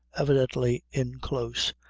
evidently in close,